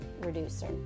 reducer